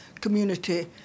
community